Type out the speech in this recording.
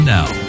now